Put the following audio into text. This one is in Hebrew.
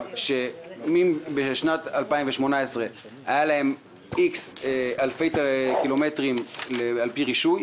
שאם בשנת 2018 היה להם "איקס" אלפי קילומטרים על פי רישוי,